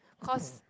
cause